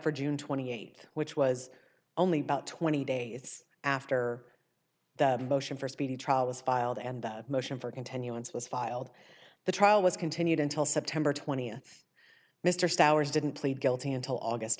for june twenty eighth which was only about twenty days after the motion for a speedy trial was filed and the motion for continuance was filed the trial was continued until september twentieth mr souers didn't plead guilty until august